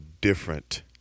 different